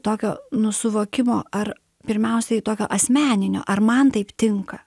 tokio nu suvokimo ar pirmiausiai tokio asmeninio ar man taip tinka